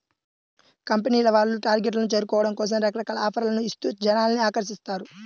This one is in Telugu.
కంపెనీల వాళ్ళు టార్గెట్లను చేరుకోవడం కోసం రకరకాల ఆఫర్లను ఇస్తూ జనాల్ని ఆకర్షిస్తారు